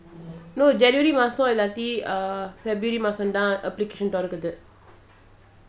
no january mah so இல்லாட்டி:illati uh february தான்:than application தொறக்குது:thorakuthu